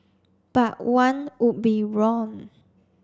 but one would be wrong